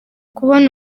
kubona